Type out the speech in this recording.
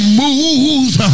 moves